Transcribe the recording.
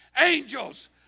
Angels